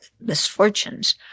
misfortunes